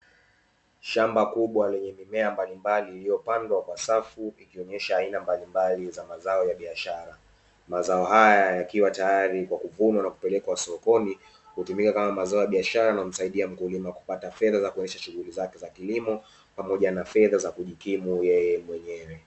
Shamba kubwa lenye mimea mbalimbali iliyopandwa kwa safu ikionyesha aina mbalimbali ya mazao ya biashara. Mazao haya yakiwa tayari kwa kuvunwa na kupelekwa sokoni, kutumika kama mazao ya biashara na kumsaidia mkulima kupata fedha kwa ajili ya kuendesha shughuli za kilimo, pamoja na fedha za kujikimu yeye mwenyewe.